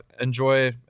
enjoy